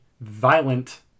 violent